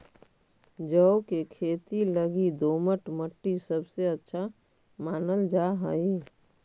जौ के खेती लगी दोमट मट्टी सबसे अच्छा मानल जा हई